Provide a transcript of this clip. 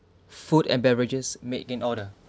food and beverages making order